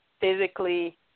physically